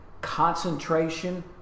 concentration